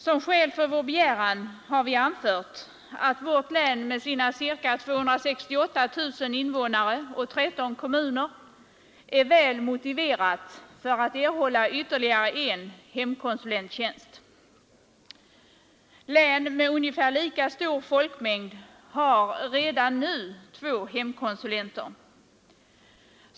Som skäl för vår begäran har vi anfört att vårt län med sina ca 268 000 invånare och 13 kommuner är väl motiverat för att erhålla ytterligare en hemkonsulenttjänst. Län med ungefär lika stor folkmängd har redan nu två hemkonsulenter.